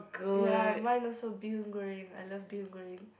ya mine also bee-hoon goreng I love bee-hoon goreng